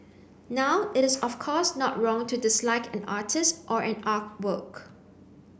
now it is of course not wrong to dislike an artist or an artwork